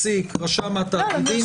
פסיק רשם התאגידים,